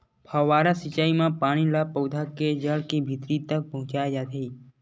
फव्हारा सिचई म पानी ल पउधा के जड़ के भीतरी तक पहुचाए जाथे